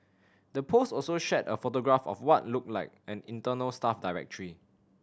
the post also shared a photograph of what looked like an internal staff directory